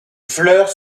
fleurs